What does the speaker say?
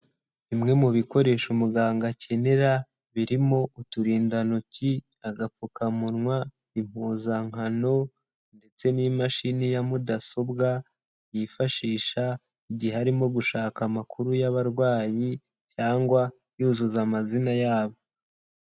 Bimwe mu bikoresho umuganga akenera, birimo: uturindantoki, agapfukamunwa, impuzankano ndetse n'imashini ya mudasobwa, yifashisha igihe arimo gushaka amakuru y'abarwayi cyangwa yuzuza amazina yabo.